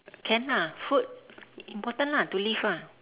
can ah food important lah to live ah